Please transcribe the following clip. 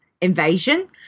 invasion